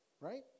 Right